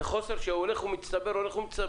זה חוסר שהולך ומצטבר.